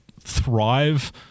thrive